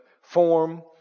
form